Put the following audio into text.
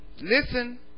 listen